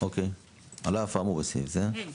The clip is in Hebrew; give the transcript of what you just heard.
על אף האמור בסעיף זה,